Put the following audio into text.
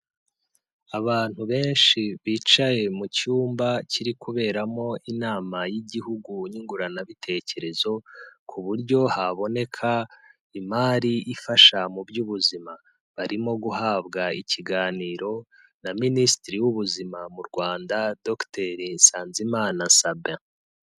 Abantu benshi bicaye mu cyumba kiri kuberamo inama y'igihugu nyunguranabitekerezo, ku buryo haboneka imari ifasha mu by'ubuzima, barimo guhabwa ikiganiro na Minisitiri w'ubuzima mu Rwanda Dogiteri NSANZIMANA Sabin.